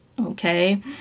Okay